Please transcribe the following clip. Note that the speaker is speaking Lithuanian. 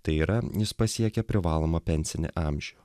tai yra jis pasiekė privalomą pensinį amžių